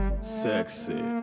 sexy